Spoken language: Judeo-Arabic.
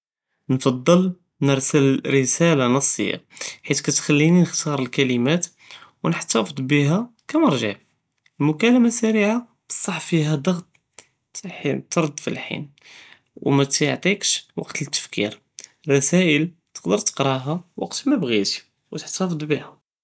נקדמל נרסל רסאלה נסטיה, חית קטחליניי נכתאר אלכלימות ונהתפד ביהא כמרג'ע, אלמקאלמה אססעירה בסח פיהא דغط תערד פאלחין ומתיעתיקש וק תלתפיקיר, אלרסאיל תקדר תקראהא וק מא בג'יתי ותהתפד ביהא.